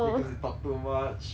because you talk too much